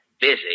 Busy